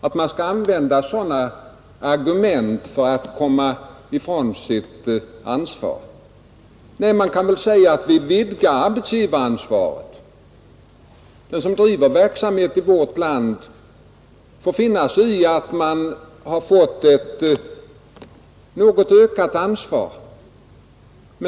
Att man skall använda sådana argument för att komma ifrån sitt ansvar! Nej, vi vidgar här arbetsgivaransvaret, och den som driver verksamhet i vårt land får finna sig i ett något ökat ansvar.